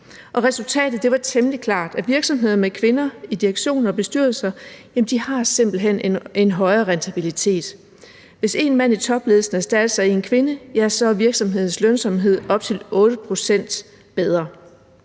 resultatet var temmelig klart: at virksomheder med kvinder i direktioner og bestyrelser simpelt hen har en højere rentabilitet. Hvis én mand i topledelsen erstattes af én kvinde, er virksomhedens lønsomhed op til 8 pct. bedre.